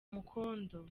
mukondo